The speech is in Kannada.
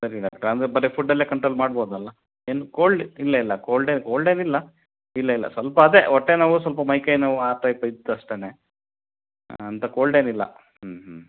ಸರಿ ಡಾಕ್ಟ್ರೇ ಆಮೇಲ್ ಬರೇ ಫುಡ್ಡಲ್ಲೇ ಕಂಟ್ರೋಲ್ ಮಾಡ್ಬೌದಲ್ಲ ಏನು ಕೋಲ್ಡ್ ಇಲ್ಲ ಇಲ್ಲ ಕೋಲ್ಡ್ ಕೋಲ್ಡ್ ಏನಿಲ್ಲ ಇಲ್ಲ ಇಲ್ಲ ಸ್ವಲ್ಪ ಅದೇ ಹೊಟ್ಟೆನೋವು ಸ್ವಲ್ಪ ಮೈ ಕೈ ನೋವು ಆ ಟೈಪ್ ಇತ್ತು ಅಷ್ಟೇನೆ ಅಂಥ ಕೋಲ್ಡ್ ಏನಿಲ್ಲ